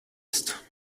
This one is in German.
ist